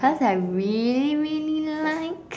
cause I really really like